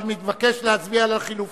אבל מבקש להצביע על החלופין.